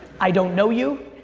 i don't know you,